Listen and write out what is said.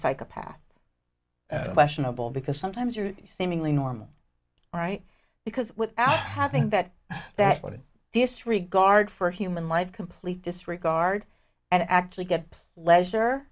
psychopath questionable because sometimes are seemingly normal right because without having that that's what it disregard for human life complete disregard and actually get leisure